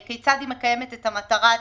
כיצד היא מקיימת את המטרה הציבורית.